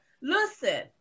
Listen